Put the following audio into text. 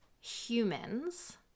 humans